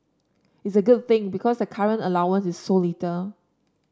it's a good thing because the current allowance is so little